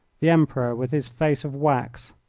the emperor with his face of wax,